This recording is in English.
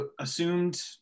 assumed